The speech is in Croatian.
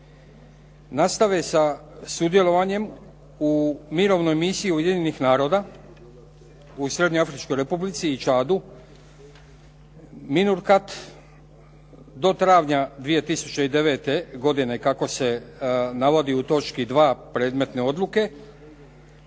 nastave sa sudjelovanjem u Mirovnoj misiji Ujedinjenih naroda u Srednjeafričkoj Republici i Čadu MINURCAT do travnja 2009. godine kako se navodi u točki 2. predmetne odluke